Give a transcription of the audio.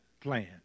plan